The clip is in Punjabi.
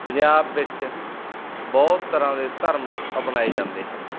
ਪੰਜਾਬ ਵਿੱਚ ਬਹੁਤ ਤਰ੍ਹਾਂ ਦੇ ਧਰਮ ਅਪਣਾਏ ਜਾਂਦੇ ਹਨ